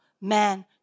man